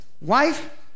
Wife